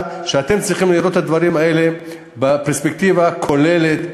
שאתם צריכים לראות את הדברים האלה בפרספקטיבה כוללת,